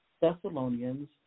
Thessalonians